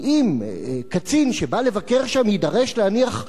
כי אם קצין שבא לבקר שם יידרש להניח,